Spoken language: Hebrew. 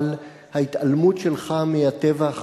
אבל ההתעלמות שלך מהטבח